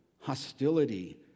hostility